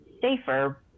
safer